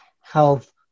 health